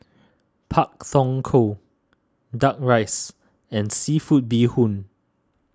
Pak Thong Ko Duck Rice and Seafood Bee Hoon